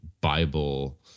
Bible